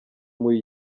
muri